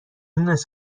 مونس